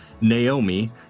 Naomi